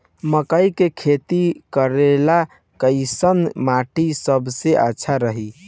मकई के खेती करेला कैसन माटी सबसे अच्छा रही?